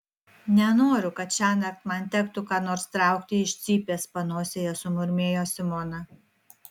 nenoriu kad šiąnakt man tektų ką nors traukti iš cypės panosėje sumurmėjo simona